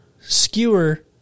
skewer